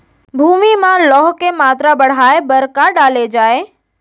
भूमि मा लौह के मात्रा बढ़ाये बर का डाले जाये?